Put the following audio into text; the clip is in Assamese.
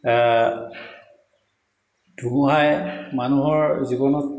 ধুমুহাই মানুহৰ জীৱনত